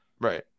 Right